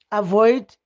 avoid